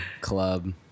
club